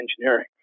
engineering